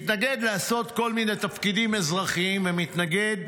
מתנגד לעשות כל מיני תפקידים אזרחיים ומתנגד